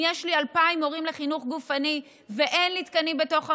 אם יש לי 2,000 מורים לחינוך גופני ואין לי תקנים בתוך המערכת,